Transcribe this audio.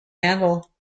handle